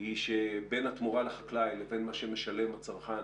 שבין התמורה לחקלאי לבין מה שמשלם הצרכן